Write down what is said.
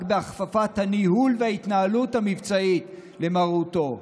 רק בהכפפת הניהול וההתנהלות המבצעית למרותו,